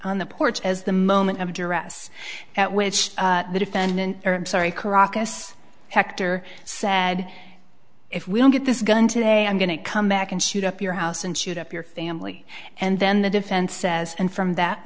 on the porch as the moment of duress at which the defendant or i'm sorry caracas hector said if we don't get this gun today i'm going to come back and shoot up your house and shoot up your family and then the defense says and from that